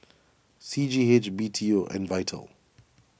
C G H B T O and Vital